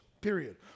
period